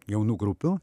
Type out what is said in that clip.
jaunų grupių